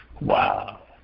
Wow